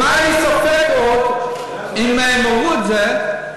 ואם היה לי ספק עוד אם הם אמרו את זה,